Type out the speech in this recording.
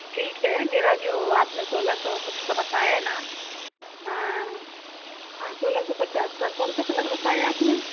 ठीक है मेरा जो आपने सोलह सौ कुछ का बताया ना हाँ हाँ सोलह सौ पचास का कौन सा कलर बताया आपने